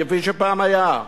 כפי שפעם היה.